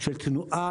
שיש עלייה בתנועה,